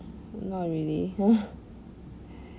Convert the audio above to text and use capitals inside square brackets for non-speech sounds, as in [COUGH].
not really [BREATH]